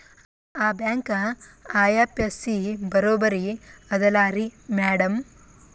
ಆ bank IFSC ಬರೊಬರಿ ಅದಲಾರಿ ಮ್ಯಾಡಂ?